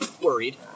worried